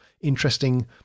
interesting